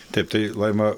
taip tai laima